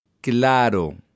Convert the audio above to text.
Claro